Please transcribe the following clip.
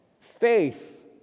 faith